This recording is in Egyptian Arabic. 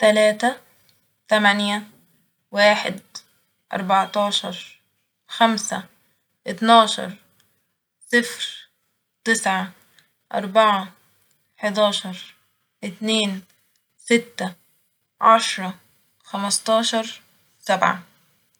تلاتة تمانية واحد أربعتاشر خمسة اتناشر صفر تسعة أربعة حداشر اتنين ستة عشرة خمستاشر سبعة